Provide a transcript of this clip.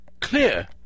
clear